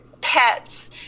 pets